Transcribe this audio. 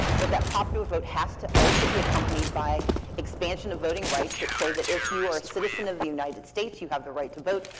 but that popular vote has to also be accompanied by expansion of voting rights that say, that if you are a citizen of the united states, you have the right to vote,